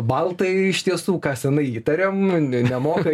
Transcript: baltai iš tiesų ką senai įtariam nemoka